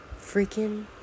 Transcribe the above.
freaking